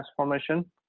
transformation